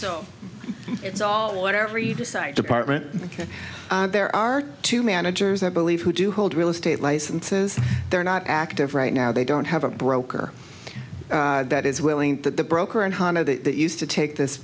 so it's all whatever you decide department ok there are two managers i believe who do hold real estate licenses they're not active right now they don't have a broker that is willing to broker and hondo that used to take this